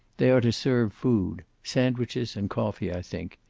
they are to serve food sandwiches and coffee, i think.